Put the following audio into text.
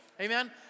Amen